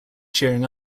cheering